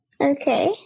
Okay